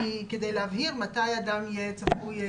כדי להבהיר מתי אדם יהיה צפוי.